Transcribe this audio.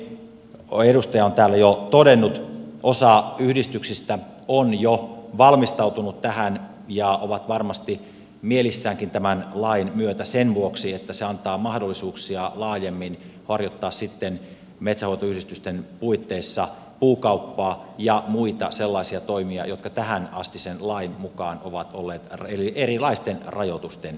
niin kuin moni edustaja on täällä jo todennut osa yhdistyksistä on jo valmistautunut tähän ja on varmasti mielissäänkin tämän lain myötä sen vuoksi että se antaa mahdollisuuksia laajemmin harjoittaa sitten metsänhoitoyhdistysten puitteissa puukauppaa ja muita sellaisia toimia jotka tähänastisen lain mukaan ovat olleet erilaisten rajoitusten piirissä